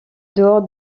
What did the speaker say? dehors